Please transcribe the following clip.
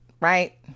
right